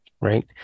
right